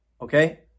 Okay